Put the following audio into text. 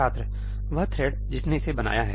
छात्र वह थ्रेड जिसने इसे बनाया है